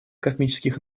космических